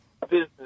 business